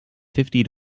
fifty